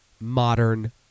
modern